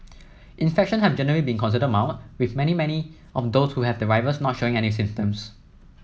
infection have generally been considered mild with many many of those who have the virus not showing any symptoms